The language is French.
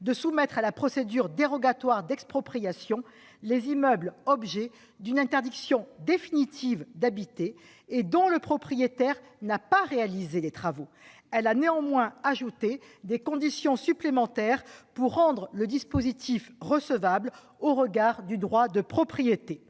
de soumettre à la procédure dérogatoire d'expropriation les immeubles qui font l'objet d'une interdiction définitive d'habiter et dont le propriétaire n'a pas réalisé les travaux. Elle a néanmoins ajouté des critères pour rendre le dispositif recevable au regard du droit de propriété.